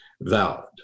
valid